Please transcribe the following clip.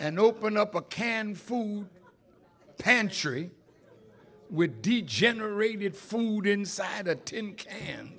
and open up a canned food pantry with degenerated food inside a tin can